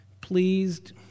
pleased